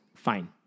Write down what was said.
Fine